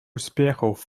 успехов